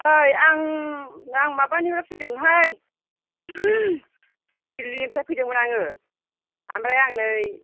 ओइ आं आं माबानिफ्राय फैदोंमोनहाय दिल्लीनिफ्राय फैदोंमोन आङो ओमफ्राय आं नै